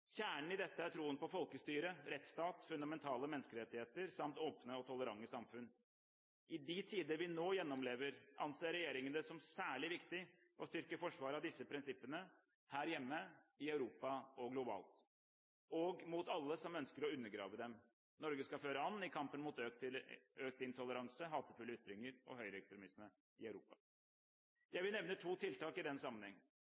Kjernen i dette er troen på folkestyre, rettsstat, fundamentale menneskerettigheter samt åpne og tolerante samfunn. I de tider vi nå gjennomlever, anser regjeringen det som særlig viktig å styrke forsvaret av disse prinsippene – her hjemme, i Europa og globalt – og mot alle som ønsker å undergrave dem. Norge skal føre an i kampen mot økt intoleranse, hatefulle ytringer og høyreekstremisme i Europa. Jeg vil nevne to tiltak i den sammenheng: